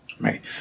Right